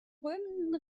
strömenden